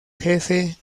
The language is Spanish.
jefe